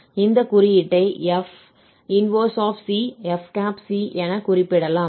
இந்த குறியீட்டை Fc 1 எனக் குறிப்பிடலாம்